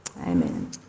Amen